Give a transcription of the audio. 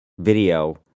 Video